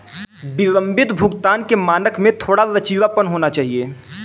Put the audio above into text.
विलंबित भुगतान के मानक में थोड़ा लचीलापन होना चाहिए